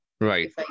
right